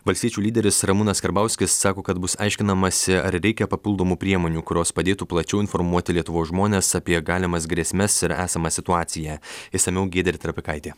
valstiečių lyderis ramūnas karbauskis sako kad bus aiškinamasi ar reikia papildomų priemonių kurios padėtų plačiau informuoti lietuvos žmones apie galimas grėsmes ir esamą situaciją išsamiau giedrė trapikaitė